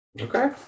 Okay